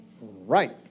Right